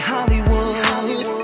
Hollywood